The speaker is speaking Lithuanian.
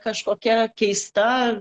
kažkokia keista